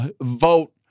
vote